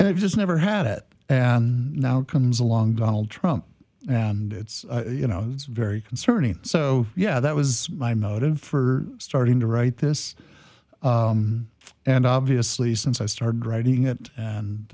and it just never had it and now comes along donald trump and it's you know it's very concerning so yeah that was my motive for starting to write this and obviously since i started writing it and